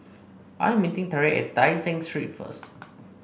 I am meeting Tariq at Tai Seng Street first